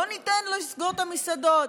לא ניתן לסגור את המסעדות.